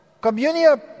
communion